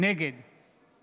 נגד